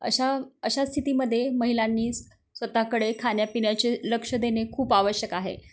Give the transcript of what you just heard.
अशा अशा स्थितीमध्ये महिलांनी स्वतःकडे खाण्यापिण्याचे लक्ष देणे खूप आवश्यक आहे